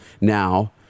now